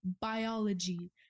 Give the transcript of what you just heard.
biology